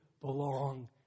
belong